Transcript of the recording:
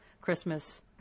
Christmas